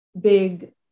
big